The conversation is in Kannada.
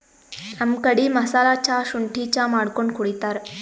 ನಮ್ ಕಡಿ ಮಸಾಲಾ ಚಾ, ಶುಂಠಿ ಚಾ ಮಾಡ್ಕೊಂಡ್ ಕುಡಿತಾರ್